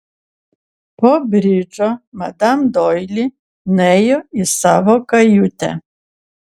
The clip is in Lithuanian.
po bridžo madam doili nuėjo į savo kajutę